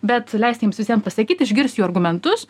bet leisti jiems visiems pasisakyt išgirst jų argumentus